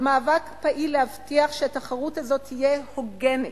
ומאבק פעיל להבטיח שהתחרות הזאת תהיה הוגנת.